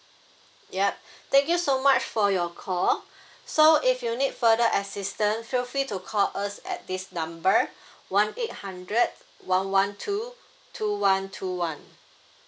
yup thank you so much for your call so if you need further assistance feel free to call us at this number one eight hundred one one two two one two one